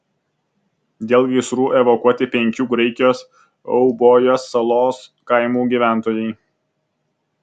dėl gaisrų evakuoti penkių graikijos eubojos salos kaimų gyventojai